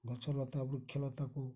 ଗଛଲତା ବୃକ୍ଷଲତାକୁ